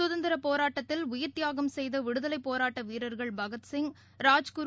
சுதந்திர போராட்டத்தில் உயிர் தியாகம் செய்த விடுதலை போராட்ட வீரர்கள் பகத்சிங் ராஜ்குரு